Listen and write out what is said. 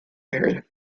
area